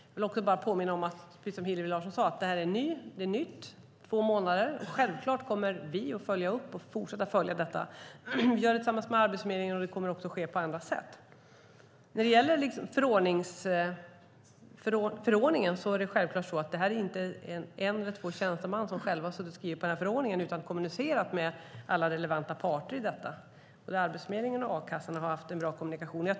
Jag vill även påminna om att det här är nytt, precis som Hillevi Larsson sade. Det är två månader. Självklart kommer vi att följa upp och fortsätta att följa detta. Vi gör det tillsammans med Arbetsförmedlingen, och det kommer också att ske på andra sätt. När det gäller förordningen är det självklart inte en eller två tjänstemän som själva har suttit och skrivit på den, utan man har kommunicerat med alla relevanta parter i detta. Både Arbetsförmedlingen och a-kassorna har haft en bra kommunikation.